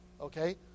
okay